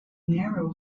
narrow